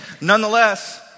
Nonetheless